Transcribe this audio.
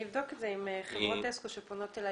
אני אבדוק את זה עם חברות אסקו שפונות אלי